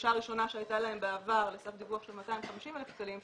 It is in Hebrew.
לדרישה ראשונה שהייתה להם בעבר לסף דיווח של 250,000 שקלים,